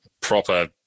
proper